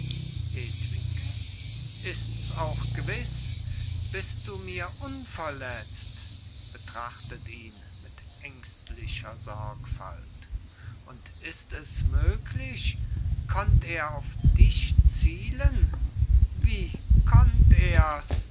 ist's auch gewiss bist du mir unverletzt betrachtet ihn mit ängstlicher sorgfalt und ist es möglich konnt er auf dich zielen wie konnt er's